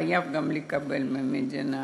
חייב גם לקבל מהמדינה.